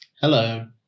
Hello